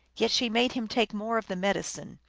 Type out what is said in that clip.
yet she made him take more of the medicine,